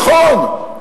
נכון,